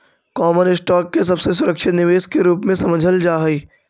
common stock के सबसे सुरक्षित निवेश के रूप में समझल जा हई